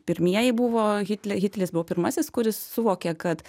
pirmieji buvo hitle hitleris buvo pirmasis kuris suvokė kad